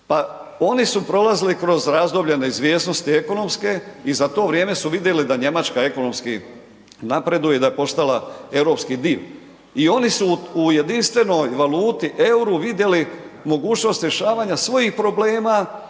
oni su prolazili kroz razdoblje neizvjesnosti ekonomske i za to vrijeme su vidjeli da Njemačka ekonomski napreduje i da je postala europski dio i oni su u jedinstvenoj valuti, euru vidjeli mogućnost rješavanja svojih problema